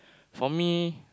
for me